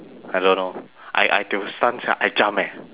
I don't know I I tio stun sia I jump eh